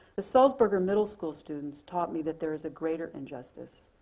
the salzburger middle school students taught me that there is a greater injustice,